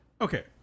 Okay